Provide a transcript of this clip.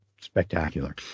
spectacular